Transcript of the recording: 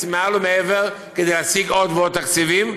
מעל ומעבר כדי להשיג עוד ועוד תקציבים,